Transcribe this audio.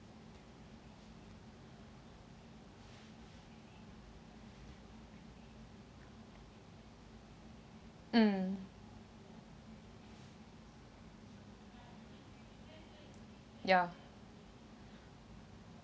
mm ya